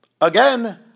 again